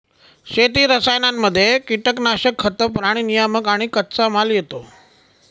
शेती रसायनांमध्ये कीटनाशक, खतं, प्राणी नियामक आणि कच्चामाल येतो